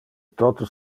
tote